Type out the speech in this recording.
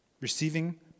Receiving